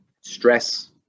stress